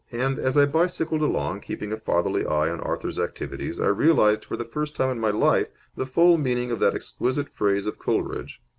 and, as i bicycled along, keeping a fatherly eye on arthur's activities, i realized for the first time in my life the full meaning of that exquisite phrase of coleridge